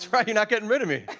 right, you're not gettin' rid of me.